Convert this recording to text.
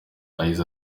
yagize